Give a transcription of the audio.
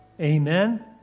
Amen